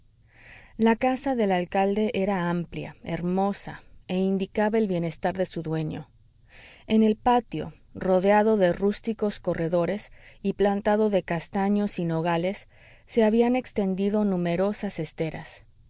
la casa del alcalde era amplia hermosa e indicaba el bienestar de su dueño en el patio rodeado de rústicos corredores y plantado de castaños y nogales se habían extendido numerosas esteras